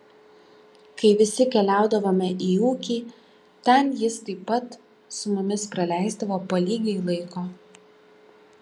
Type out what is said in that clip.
kai visi keliaudavome į ūkį ten jis taip pat su mumis praleisdavo po lygiai laiko